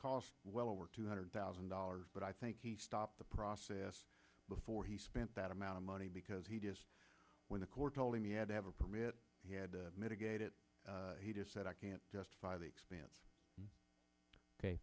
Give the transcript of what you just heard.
cost well over two hundred thousand dollars but i think he stopped the process before he spent that amount of money because he just when the court told him he had to have a permit he had to mitigate it he just said i can't justify the expense ok